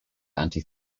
anti